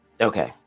Okay